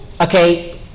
Okay